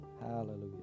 Hallelujah